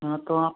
हाँ तो आप